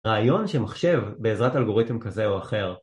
רעיון שמחשב בעזרת אלגוריתם כזה או אחר